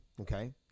Okay